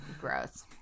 Gross